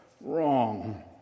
wrong